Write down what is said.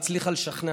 והצליחה לשכנע,